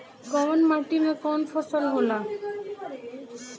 कवन माटी में कवन फसल हो ला?